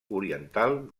oriental